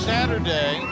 Saturday